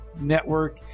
Network